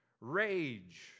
rage